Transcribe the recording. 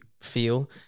feel